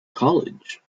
college